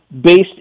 based